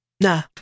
nah